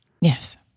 Yes